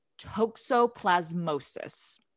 toxoplasmosis